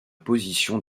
position